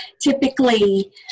Typically